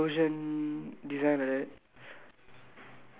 is it like a is it like an explosion design like that